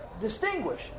distinguish